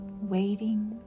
waiting